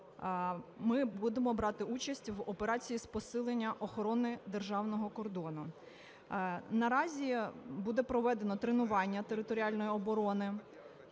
ми будемо брати участь в операції з посилення охорони державного кордону. Наразі буде проведено тренування територіальної оборони.